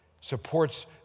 supports